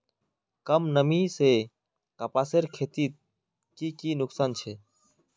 कम नमी से कपासेर खेतीत की की नुकसान छे?